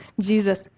Jesus